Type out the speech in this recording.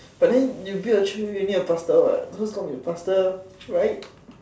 but then you build a church already you need a pastor what who is going to be the pastor right